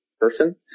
person